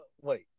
Wait